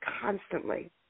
constantly